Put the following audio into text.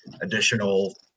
additional